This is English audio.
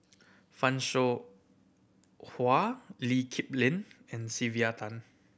Fan Shao Hua Lee Kip Lin and Sylvia Tan